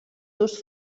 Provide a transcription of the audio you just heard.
dos